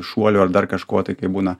šuolių ar dar kažko tai kaip būna